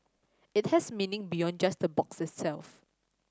it has meaning beyond just the box itself